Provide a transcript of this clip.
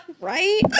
Right